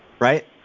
right